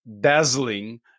dazzling